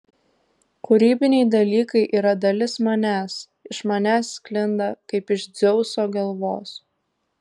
kūrybiniai dalykai yra dalis manęs iš manęs sklinda kaip iš dzeuso galvos